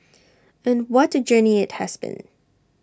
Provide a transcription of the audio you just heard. and what A journey IT has been